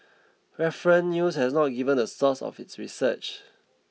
reference news has not given the source of its research